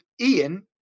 Ian